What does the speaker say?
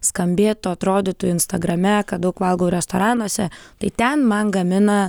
skambėtų atrodytų instagrame kad daug valgau restoranuose tai ten man gamina